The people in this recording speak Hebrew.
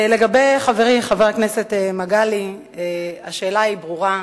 לגבי חברי חבר הכנסת מגלי, השאלה ברורה.